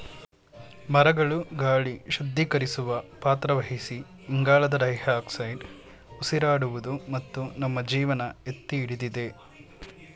ಮರಗಳು ಗಾಳಿ ಶುದ್ಧೀಕರಿಸುವ ಪಾತ್ರ ವಹಿಸಿ ಇಂಗಾಲದ ಡೈಆಕ್ಸೈಡ್ ಉಸಿರಾಡುವುದು ಮತ್ತು ನಮ್ಮ ಜೀವನ ಎತ್ತಿಹಿಡಿದಿದೆ